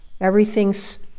everything's